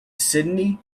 sydney